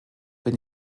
bin